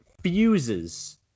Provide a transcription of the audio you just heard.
fuses